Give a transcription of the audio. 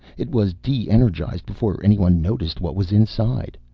it was de-energized before anyone noticed what was inside.